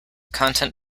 content